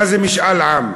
מה זה משאל עם?